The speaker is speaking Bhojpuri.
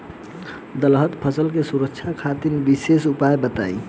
दलहन फसल के सुरक्षा खातिर विशेष उपाय बताई?